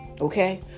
Okay